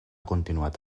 continuat